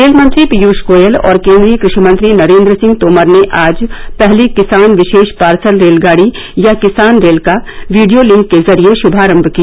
rail मंत्री पीयूष गोयल और केन्द्रीय कृषि मंत्री नरेन्द्र सिंह तोमर ने आज पहली किसान विशेष पार्सल रेलगाड़ी या किसान रेल का वीडियो लिंक के जरिए शुभारम किया